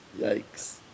Yikes